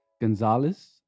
Gonzalez